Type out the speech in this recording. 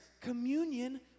communion